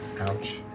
Ouch